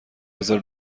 بذار